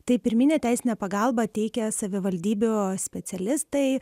taip pirminę teisinę pagalbą teikia savivaldybių specialistai